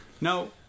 No